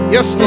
Yes